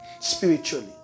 Spiritually